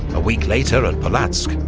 a week later at polotsk,